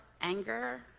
anger